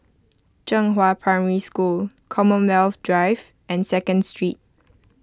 Zhenghua Primary School Commonwealth Drive and Second Street